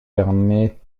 permet